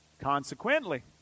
Consequently